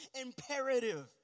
imperative